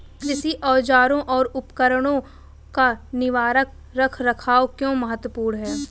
कृषि औजारों और उपकरणों का निवारक रख रखाव क्यों महत्वपूर्ण है?